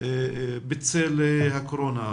בצל הקורונה.